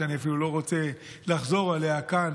שאני אפילו לא רוצה לחזור עליה כאן,